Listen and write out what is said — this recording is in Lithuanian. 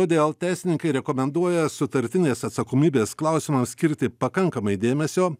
todėl teisininkai rekomenduoja sutartinės atsakomybės klausimams skirti pakankamai dėmesio